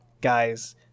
guys